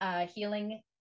healing